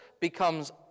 becomes